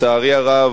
לצערי הרב,